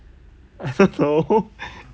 I don't know